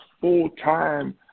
full-time